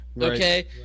okay